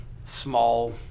small